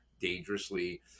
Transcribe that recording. dangerously